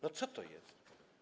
No co to jest?